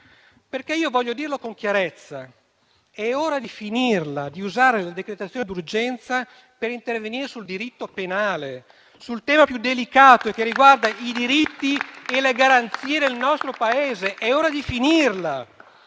perché voglio dire con chiarezza che è ora di smettere di usare la decretazione d'urgenza per intervenire sul diritto penale, sul tema più delicato che riguarda i diritti e le garanzie nel nostro Paese, è ora di finirla.